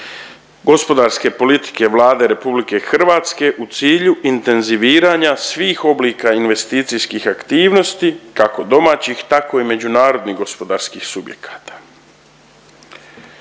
gospodarske politike Vlade RH u cilju intenziviranja svih oblika investicijskih aktivnosti kako domaćih tako i međunarodnih gospodarskih subjekata.